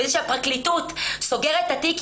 וזה שהפרקליטות סוגרת את התיק,